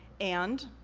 and,